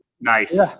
Nice